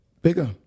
Bigger